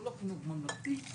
הוא לא חינוך ממלכתי,